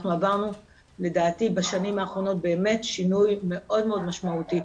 אנחנו עברנו לדעתי בשנים האחרונות באמת שינוי מאוד משמעותי,